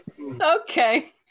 Okay